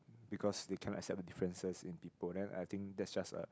because they cannot accept differences in people then I think that's just a